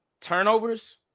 turnovers